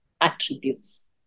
attributes